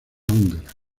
húngara